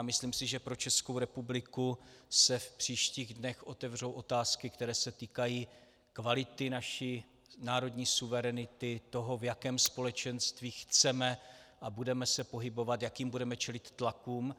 Myslím si, že pro Českou republiku se v příštích dnech otevřou otázky, které se týkají kvality naší národní suverenity, toho, v jakém společenství se chceme a budeme pohybovat, jakým budeme čelit tlakům.